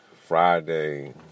Friday